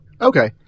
Okay